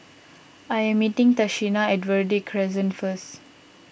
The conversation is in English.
I am meeting Tashina at Verde Crescent first